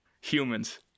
humans